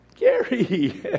Gary